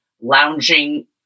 lounging